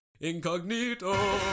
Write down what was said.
Incognito